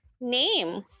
name